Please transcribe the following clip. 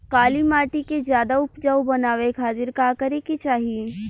काली माटी के ज्यादा उपजाऊ बनावे खातिर का करे के चाही?